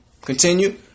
Continue